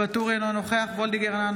אינו נוכח אוריאל בוסו,